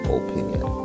opinion